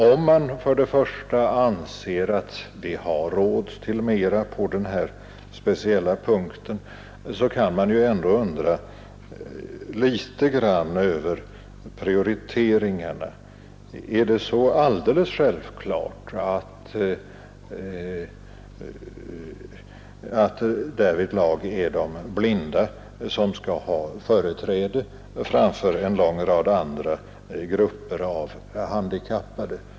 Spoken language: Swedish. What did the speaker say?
Om man anser att vi har råd till mera på denna speciella punkt kan man ändå undra litet över prioriteringarna. Är det så alldeles självklart att det därvidlag är de blinda som skall ha företräde framför alla andra grupper av handikappade?